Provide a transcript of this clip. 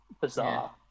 bizarre